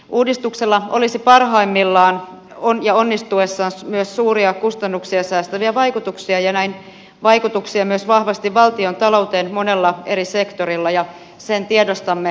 uudistuksella olisi parhaimmillaan ja onnistuessaan myös suuria kustannuksia säästäviä vaikutuksia ja näin vaikutuksia myös valtionta louteen vahvasti ja monella eri sektorilla ja sen tiedostamme toki kaikki